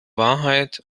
wahrheit